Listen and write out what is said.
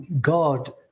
God